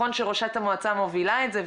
נכון שראשת המועצה מובילה את זה,